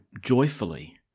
joyfully